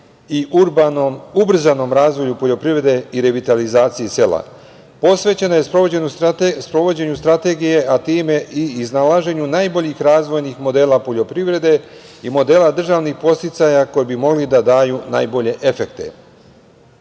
i ubrzanom razvoju poljoprivrede i revitalizaciji sela. Posvećena je sprovođenju strategije, a time i iznalaženju najboljih razvojnih modela poljoprivrede i modela državnih podsticaja koji bi mogli da daju najbolje efekte. Moram